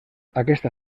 aquesta